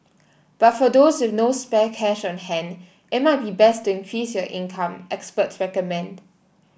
but for those with no spare cash on hand it might be best to increase your income experts recommend